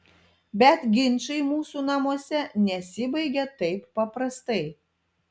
bet ginčai mūsų namuose nesibaigia taip paprastai